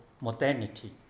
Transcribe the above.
modernity